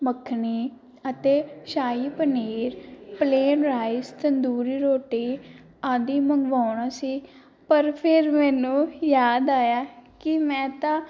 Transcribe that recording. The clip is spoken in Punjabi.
ਮੱਖਣੀ ਅਤੇ ਸ਼ਾਹੀ ਪਨੀਰ ਪਲੇਨ ਰਾਈਸ ਤੰਦੂਰੀ ਰੋਟੀ ਆਦਿ ਮੰਗਵਾਉਣਾ ਸੀ ਪਰ ਫਿਰ ਮੈਨੂੰ ਯਾਦ ਆਇਆ ਕਿ ਮੈਂ ਤਾਂ